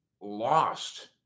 lost